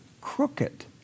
crooked